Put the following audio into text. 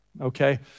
Okay